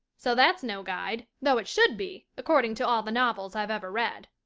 so that's no guide, though it should be, according to all the novels i've ever read.